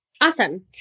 Awesome